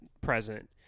present